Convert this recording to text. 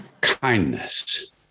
Kindness